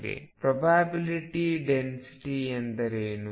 probability density ಎಂದರೆ ಏನು